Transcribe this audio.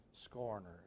Scorners